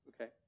okay